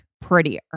prettier